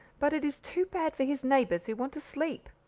but it is too bad for his neighbours who want to sleep.